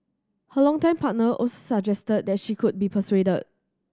her longtime partner also suggested that she could be persuaded